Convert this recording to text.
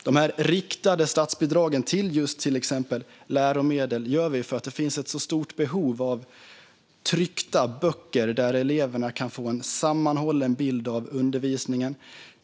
De riktade statsbidragen till exempelvis läromedel har att göra med att det finns ett stort behov av tryckta böcker där eleverna kan få en sammanhållen bild av undervisningen.